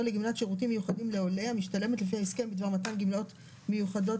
לגמלת שירותים מיוחדים לעולה המשתלמת לפי ההסכם בדבר מתן גמלאות מיוחדות